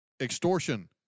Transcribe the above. extortion